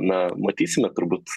na matysime turbūt